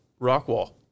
Rockwall